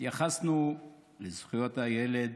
התייחסנו לזכויות הילד